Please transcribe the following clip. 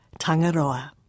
Tangaroa